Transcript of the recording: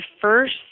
first